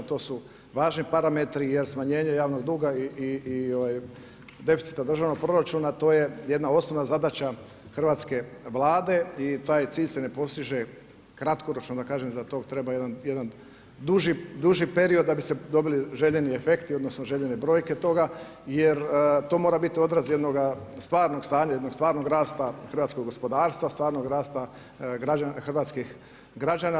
To su važni parametri jer smanjenje javnog duga i deficita državnog proračuna to je jedna osnovna zadaća hrvatske Vlade i taj cilj se ne postiže kratkoročno da kažem za to treba jedan duži, duži period da bi se dobili željeni efekti, odnosno željene brojke toga jer to mora biti odraz jednoga stvarnoga stanja, jednog stvarnog rasta hrvatskog gospodarstva, stvarnog rasta hrvatskih građana.